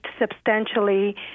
substantially